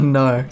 no